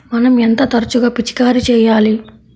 మనం ఎంత తరచుగా పిచికారీ చేయాలి?